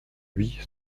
lui